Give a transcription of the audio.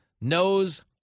knows